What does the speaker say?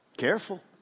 careful